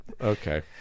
Okay